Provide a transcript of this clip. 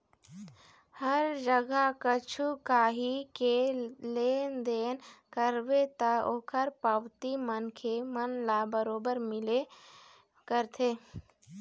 हर जगा कछु काही के लेन देन करबे ता ओखर पावती मनखे मन ल बरोबर मिलबे करथे